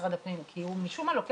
על סדר-היום: דיון מהיר